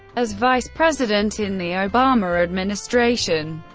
as vice president in the obama administration,